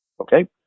Okay